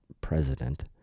president